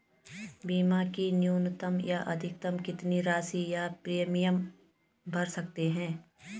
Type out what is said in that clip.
बीमा की न्यूनतम या अधिकतम कितनी राशि या प्रीमियम भर सकते हैं?